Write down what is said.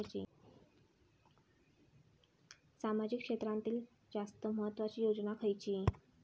सामाजिक क्षेत्रांतील जास्त महत्त्वाची योजना खयची?